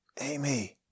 Amy